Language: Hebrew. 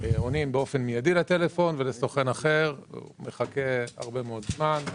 עונים באופן מיידי לטלפון ולסוכן אחר לא והוא מחכה הרבה מאוד זמן.